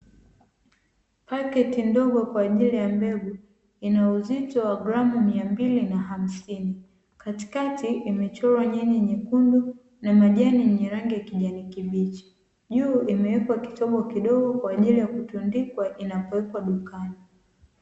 Paketi ndogo kwa ajili ya mbegu yenye uzito wa gramu mia mbili na hamsini, katikati imechorwa jani nyekundu na majani yenye rangi ya kijani kibichi, juu imewekwa kitobo kidogo kwa ajili ya kutundikwa inapowekwa dukani.